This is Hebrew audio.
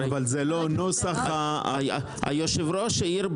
הרי היושב-ראש העיר,